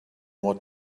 what